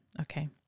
okay